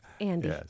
Andy